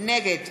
נגד